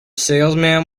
salesman